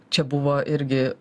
čia buvo irgi